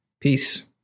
peace